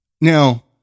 Now